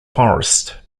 forest